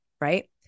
right